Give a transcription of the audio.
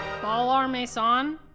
Ballarmason